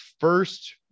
first